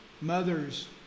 Mothers